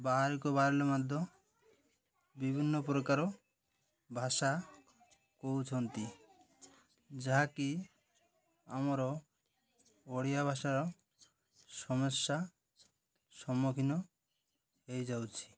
ବାହାରକୁ ବାହାରିଲେ ମଧ୍ୟ ବିଭିନ୍ନ ପ୍ରକାର ଭାଷା କହୁଛନ୍ତି ଯାହାକି ଆମର ଓଡ଼ିଆ ଭାଷାର ସମସ୍ୟା ସମ୍ମୁଖୀନ ହେଇଯାଉଛି